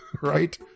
Right